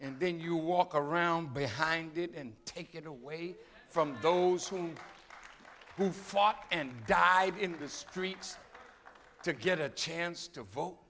and then you walk around behind it and take it away from those who fought and died in the streets to get a chance to vote